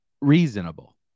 reasonable